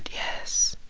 yes.